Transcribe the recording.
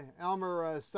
elmer